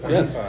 Yes